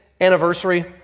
anniversary